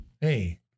Hey